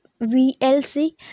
VLC